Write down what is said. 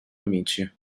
amici